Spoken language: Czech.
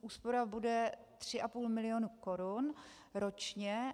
Úspora bude 3,5 milionu korun ročně.